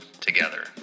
together